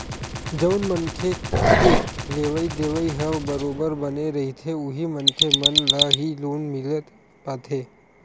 जउन मनखे के लेवइ देवइ ह बरोबर बने रहिथे उही मनखे मन ल ही लोन मिल पाथे